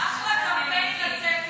אחלה קמפיין לצאת אתו.